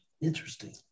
Interesting